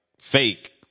fake